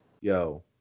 Yo